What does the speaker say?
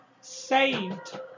saved